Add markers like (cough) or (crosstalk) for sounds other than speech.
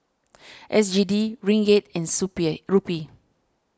S G D Ringgit and (unintelligible) Rupee